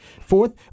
fourth